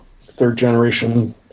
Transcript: third-generation